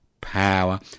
power